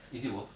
is it worth